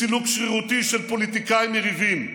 בסילוק שרירותי של פוליטיקאים יריבים.